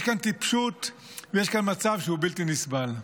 יש כאן טיפשות ויש כאן מצב שהוא בלתי נסבל.